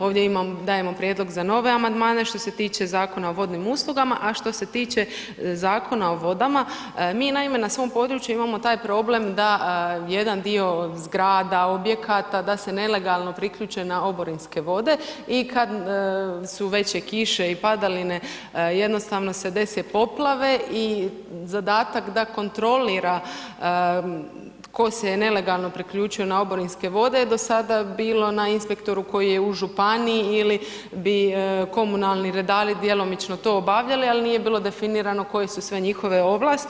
Ovdje imam, dajemo prijedlog za nove amandmane što se tiče Zakona o vodnim uslugama, a što se tiče Zakona o vodama, mi naime, na svom području imamo taj problem da jedan dio zgrada, objekata, da se nelegalno priključe na oborinske vode i kad su veće kiše i padaline, jednostavno se dese poplave i zadatak da kontrolira tko se je nelegalno priključio na oborinske vode, do sada bilo na inspektoru koji je u županiji ili bi komunalni redari djelomično to obavljali, ali nije bilo definirano koje su sve njihove ovlasti.